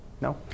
No